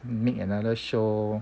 make another show